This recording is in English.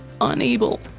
unable